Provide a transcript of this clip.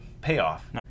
payoff